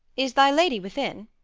is thy lady within?